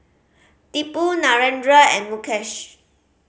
Tipu Narendra and Mukesh